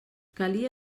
calia